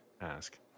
ask